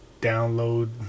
download